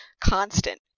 constant